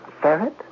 Ferret